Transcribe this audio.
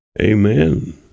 Amen